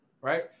right